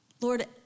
Lord